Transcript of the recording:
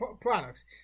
products